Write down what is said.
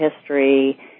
history